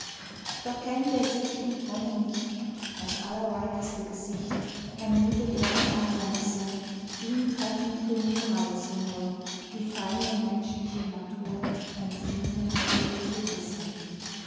doch kennt er sich und wonne nicht das allerweiteste gesicht ermüdet er an aergernissen ihn treffen plumpe reize nur die seine menschliche natur empfinden ruhige gewissen